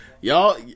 y'all